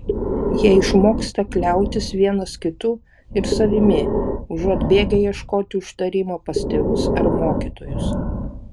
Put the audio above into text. jie išmoksta kliautis vienas kitu ir savimi užuot bėgę ieškoti užtarimo pas tėvus ar mokytojus